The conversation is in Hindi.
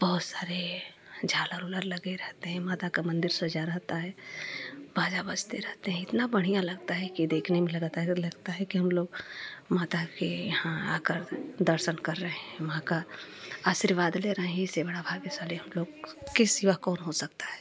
बहुत सारे झालर ओलर लगे रहते हैं माता का मंदिर सजा रहता है बाजा बजते रहते हैं इतना बढ़िया लगता है कि देखने में लगातार लगता है कि हम लोग माता के यहाँ आकर दर्सन कर रहे हैं माँ का आशीर्वाद ले रहे हैं इससे बड़ा भाग्यसाली हम लोग के सिवा कौन हो सकता है